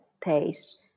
taste